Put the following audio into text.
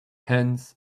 hands